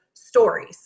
stories